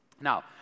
Now